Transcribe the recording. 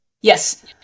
Yes